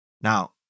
Now